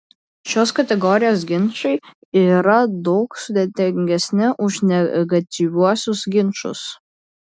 šios kategorijos ginčai yra daug sudėtingesni už negatyviuosius ginčus